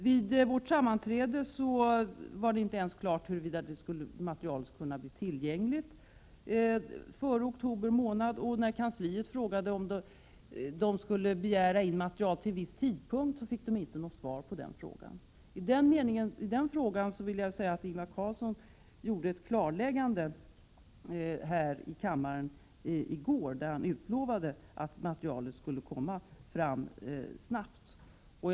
Vid vårt sammanträde var det inte ens klart huruvida materialet skulle kunna bli tillgängligt före oktober månad. Då kansliets personal frågade om den skulle begära att få materialet till någon viss tidpunkt, fick den inget svar på den frågan av majoriteten i utskottet. I den frågan vill jag säga att Ingvar Carlsson gjorde ett klarläggande här i kammaren i går, då han utlovade att materialet skulle komma till utskottet snabbt.